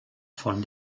von